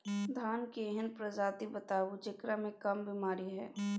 धान के एहन प्रजाति बताबू जेकरा मे कम बीमारी हैय?